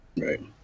Right